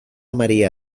maria